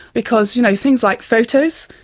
because you know things like photos,